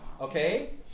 Okay